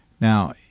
Now